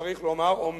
צריך לומר, אומנם,